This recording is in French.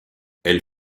elles